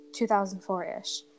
2004-ish